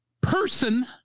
person